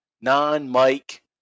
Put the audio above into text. non-Mike